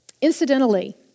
Incidentally